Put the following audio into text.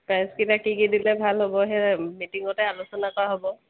প্ৰাইজকিটা কি কি দিলে ভাল হ'ব সেই মিটিঙতে আলোচনা কৰা হ'ব